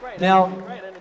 Now